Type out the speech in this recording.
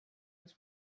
uns